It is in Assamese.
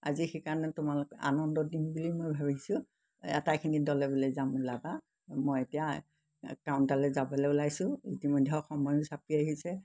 আজি সেইকাৰণে তোমালোক আনন্দ দিম বুলি মই ভাবিছোঁ এই এটাইখিনি দলেবলে যাম ওলাবা মই এতিয়া কাউণ্টাৰলৈ যাবলৈ ওলাইছোঁ ইতিমধ্যে সময়ো চাপি আহিছে